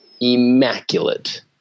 immaculate